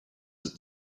that